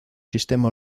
sistema